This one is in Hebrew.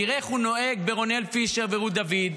ויראה איך הוא נוהג ברונאל פישר ורות דוד.